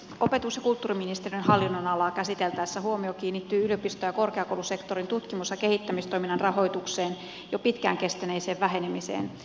opetus ja kulttuuriministeriön hallinnonalaa käsiteltäessä huomio kiinnittyy yliopisto ja korkeakoulusektorin tutkimus ja kehittämistoiminnan rahoituksen jo pitkään kestäneeseen vähenemiseen